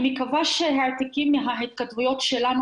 אני מקווה שהתיקים מההתכתבויות שלנו